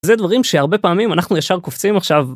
זה דברים שהרבה פעמים אנחנו ישר קופצים עכשיו.